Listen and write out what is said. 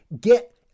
get